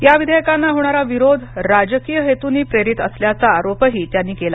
या विधेयकांना होणारा विरोध राजकीय हेतूनं प्रेरित असल्याचा आरोपही त्यांनी केला